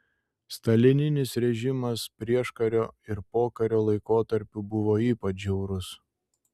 stalininis režimas prieškario ir pokario laikotarpiu buvo ypač žiaurus